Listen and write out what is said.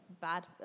bad